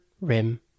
Rim